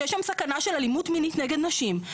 שיש שם סכנה של אלימות מינית נגד נשים,